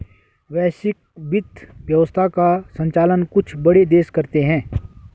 वैश्विक वित्त व्यवस्था का सञ्चालन कुछ बड़े देश करते हैं